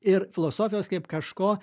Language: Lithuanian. ir filosofijos kaip kažko